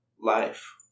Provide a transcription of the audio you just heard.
life